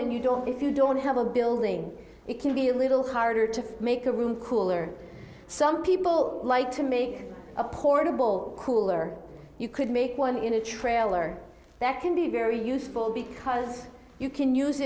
and you don't if you don't have a building it can be a little harder to make a room cooler some people like to make a portable cooler you could make one in a trailer that can be very useful because you can use